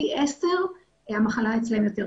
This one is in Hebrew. פי 10 המחלה אצלם יותר קשה.